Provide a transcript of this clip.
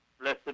Blessed